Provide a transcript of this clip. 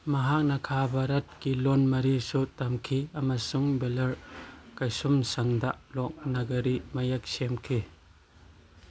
ꯃꯍꯥꯛꯅ ꯈꯥ ꯚꯥꯔꯠꯀꯤ ꯂꯣꯟ ꯃꯔꯤꯁꯨ ꯇꯝꯈꯤ ꯑꯃꯁꯨꯡ ꯕꯦꯂꯔ ꯀꯩꯁꯨꯝꯁꯪꯗ ꯂꯣꯛ ꯅꯥꯒꯔꯤ ꯃꯌꯦꯛ ꯁꯦꯝꯈꯤ